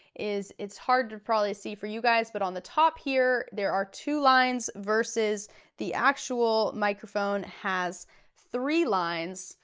is it's hard to probably see for you guys but on the top here, there are two lines versus the actual microphone, has three lines.